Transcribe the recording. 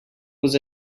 was